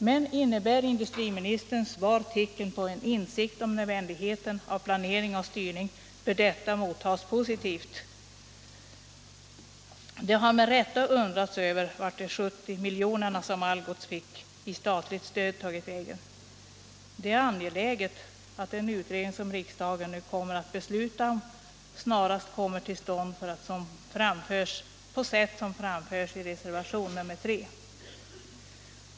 Men innebär industriministerns svar tecken på en insikt om nödvändigheten av planering och styrning bör det mottas positivt. Det har med rätta undrats över vart de 70 miljoner som Algots fick i statligt stöd har tagit vägen. Det är angeläget att den utredning som riksdagen nu skall besluta om snarast kommer till stånd på sätt som framförs i reservationen 3.